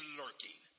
lurking